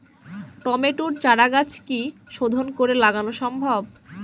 টমেটোর চারাগাছ কি শোধন করে লাগানো সম্ভব?